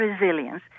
resilience